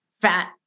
fat